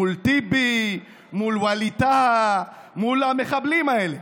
מול טיבי, מול ווליד טאהא, מול המחבלים האלה,